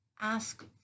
ask